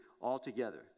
altogether